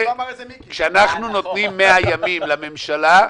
כשאנחנו נותנים 100 ימים לממשלה,